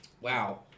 Wow